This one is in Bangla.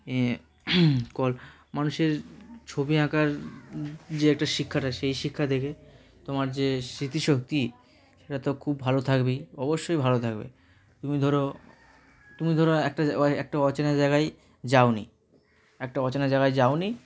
এ কল মানুষের ছবি আঁকার যে একটা শিক্ষাটা সেই শিক্ষা দেখে তোমার যে স্মৃতিশক্তি সেটা তো খুব ভালো থাকবেই অবশ্যই ভালো থাকবে তুমি ধরো তুমি ধরো একটা যায় একটা অচেনা জায়গায় যাওনি একটা অচেনা জায়গায় যাওনি